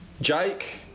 Jake